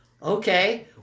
Okay